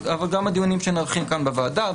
אבל גם הדיונים שנערכים כאן בוועדה,